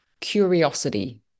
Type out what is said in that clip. curiosity